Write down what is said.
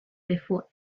before